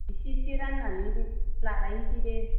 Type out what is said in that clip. एसे एसे रानन्नानै लालायनोसै दे